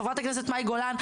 חברת הכנסת מאי גולן,